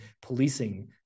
policing